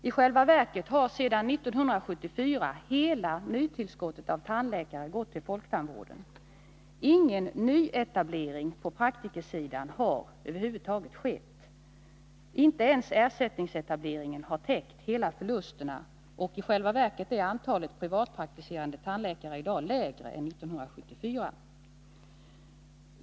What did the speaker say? I själva verket har sedan 1974 hela nytillskottet av tandläkare gått till folktandvården. Ingen nyetablering på praktikersidan har över huvud taget skett; inte ens ersättningsetablering har täckt hela förlusten. Antalet privatpraktiserande tandläkare är i dag lägre än det var 1974.